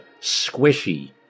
squishy